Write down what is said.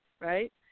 right